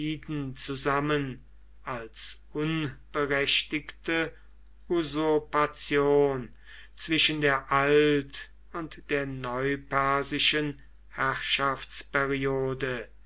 zusammen als unberechtigte usurpation zwischen der alt und der neupersischen